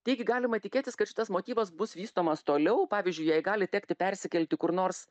taigi galima tikėtis kad šitas motyvas bus vystomas toliau pavyzdžiui jai gali tekti persikelti kur nors